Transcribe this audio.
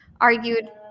argued